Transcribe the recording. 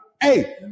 Hey